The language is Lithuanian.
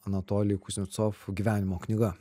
anatolij kuznecov gyvenimo knyga